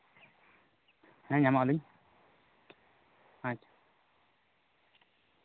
ᱦᱮᱸ ᱧᱟᱢᱚᱜᱼᱟ ᱞᱤᱧ ᱟᱪᱪᱷᱟ